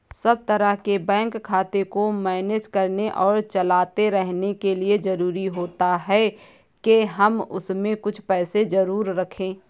सब तरह के बैंक खाते को मैनेज करने और चलाते रहने के लिए जरुरी होता है के हम उसमें कुछ पैसे जरूर रखे